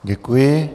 Děkuji.